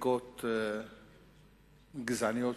לחקיקות גזעניות,